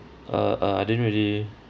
uh uh I didn't really